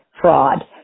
fraud